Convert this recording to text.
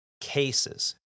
cases